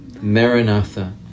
Maranatha